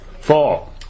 four